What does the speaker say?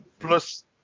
Plus